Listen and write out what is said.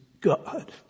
God